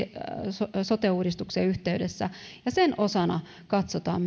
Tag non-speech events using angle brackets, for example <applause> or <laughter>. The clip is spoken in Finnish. sote sote uudistuksen yhteydessä ja sen osana katsotaan <unintelligible>